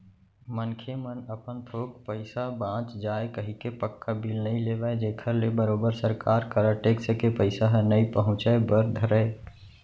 मनखे मन अपन थोकन पइसा बांच जाय कहिके पक्का बिल नइ लेवन जेखर ले बरोबर सरकार करा टेक्स के पइसा ह नइ पहुंचय बर धरय